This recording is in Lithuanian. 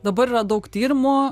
dabar yra daug tyrimų